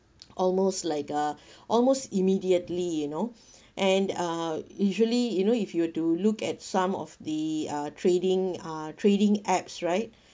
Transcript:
almost like a almost immediately you know and uh usually you know if you were to look at some of the uh trading uh trading apps right